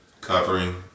covering